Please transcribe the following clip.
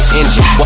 engine